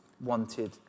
wanted